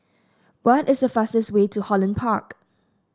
what is the fastest way to Holland Park